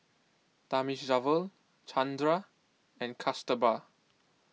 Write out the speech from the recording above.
Thamizhavel Chandra and Kasturba